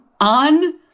on